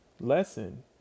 lesson